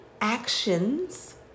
actions